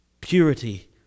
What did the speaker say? purity